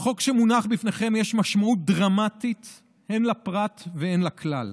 לחוק שמונח בפניכם יש משמעות דרמטית הן לפרט והן לכלל.